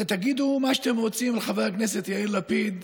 תגידו מה שאתם רוצים על חבר הכנסת יאיר לפיד,